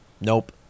nope